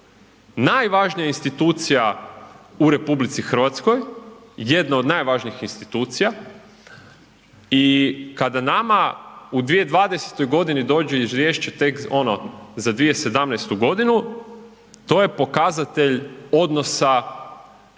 najvažnija institucija u RH, jedna od najvažnijih institucija i kada nama u 2020.g. dođe izvješće tek ono za 2017.g. to je pokazatelj odnosa Vlade